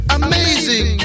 amazing